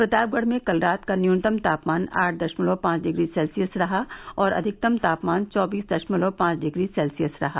प्रतापगढ़ में कल रात का न्यूनतम तापमान आठ दशमलव पांच डिग्री सेल्सियस रहा और अधिकतम तापमान चौबीस दशमलव पांच सेल्सियस डिग्री रहा